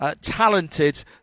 talented